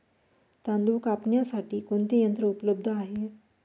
तांदूळ कापण्यासाठी कोणते यंत्र उपलब्ध आहे?